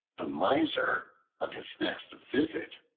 the miser, on his next visit,